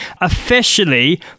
officially